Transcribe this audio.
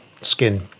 skin